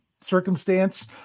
circumstance